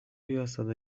yasada